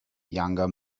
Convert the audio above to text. younger